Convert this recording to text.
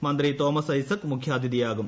മന്ത്രി തോമസ് ഐസക്ക് മുഖ്യാതിഥിയാകും